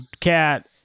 cat